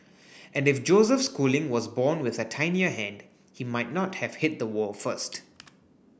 and if Joseph Schooling was born with a tinier hand he might not have hit the wall first